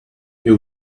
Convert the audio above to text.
you